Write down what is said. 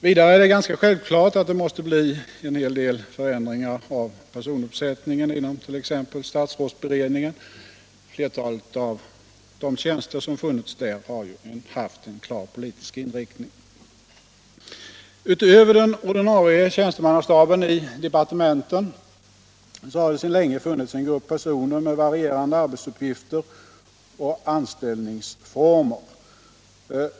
Vidare är det ganska självklart att det måste bli en hel del förändringar av personuppsättningen inom t.ex. statsrådsberedningen. Flertalet av de tjänster som funnits där har ju haft en klart politisk inriktning. Utöver den ordinarie tjänstemannastaben i departementen har det sedan länge funnits en grupp personer med varierande arbetsuppgifter och anställningsformer.